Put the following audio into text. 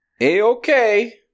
A-OK